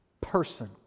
person